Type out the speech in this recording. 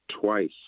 twice